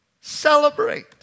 celebrate